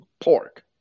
pork